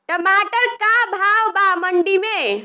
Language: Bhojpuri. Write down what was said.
टमाटर का भाव बा मंडी मे?